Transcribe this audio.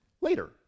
later